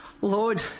Lord